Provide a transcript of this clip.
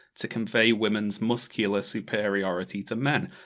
to convey women's muscular superiority to men.